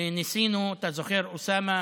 שניסינו, אתה זוכר, אוסאמה